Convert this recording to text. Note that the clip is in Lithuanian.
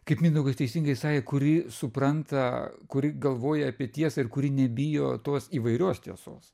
kaip mindaugas teisingai sakė kuri supranta kuri galvoja apie tiesą ir kuri nebijo tos įvairios tiesos